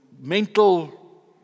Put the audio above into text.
mental